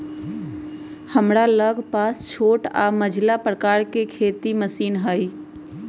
हमरा लग पास छोट आऽ मझिला प्रकार के खेती के मशीन हई